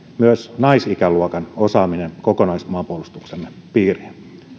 myös naisikäluokan osaaminen kokonaismaanpuolustuksemme piiriin